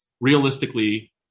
realistically